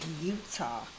Utah